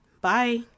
Bye